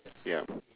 ya